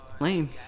lame